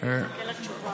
אז אני אחכה לתשובה.